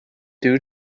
due